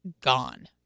Gone